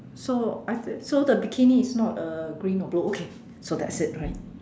so I the so the bikini is not uh green or blue okay so that's it bye